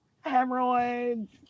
hemorrhoids